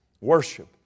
Worship